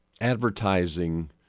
advertising